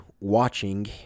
watching